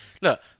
Look